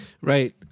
Right